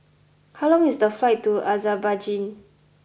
how long is the flight to Azerbaijan